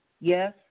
Yes